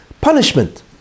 punishment